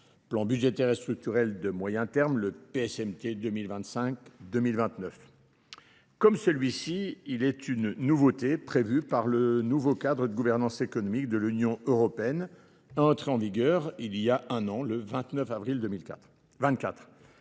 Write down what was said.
plan budgetaire et structurel de moyen terme, le PSMT 2025-2029. Comme celui-ci, il est une nouveauté prévue par le nouveau cadre de gouvernance économique de l'Union européenne, entré en vigueur il y a un an, le 29 avril 2004.